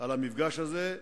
על המפגש הזה,